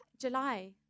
july